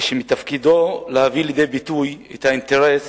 כי מתפקידו להביא לידי ביטוי את האינטרס